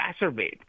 exacerbate